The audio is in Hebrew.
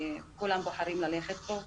שכולם בוחרים ללכת בו.